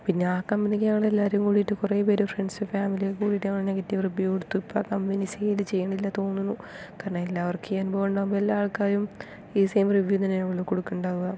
പിന്നെ ആ കമ്പനിക്ക് ഞങ്ങൾ എല്ലാവരും കൂടിയിട്ട് കുറേ പേർ ഫ്രണ്ട്സ് ഫാമിലി ഒക്കെ കൂടിയിട്ട് ഞങ്ങൾ നെഗറ്റീവ് റിവ്യൂ കൊടുത്തു ഇപ്പം ആ കമ്പനി സെയിൽ ചെയ്യണില്ല തോന്നുന്നു കാരണം എല്ലാവർക്കും ഈ അനുഭവം ഉണ്ടാകുമ്പോൾ എല്ലാ ആൾക്കാരും ഈ സെയിം റിവ്യൂ തന്നെ ആവുമല്ലോ കൊടുക്കണുണ്ടാവുക